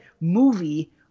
movie